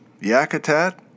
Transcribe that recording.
Yakutat